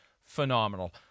phenomenal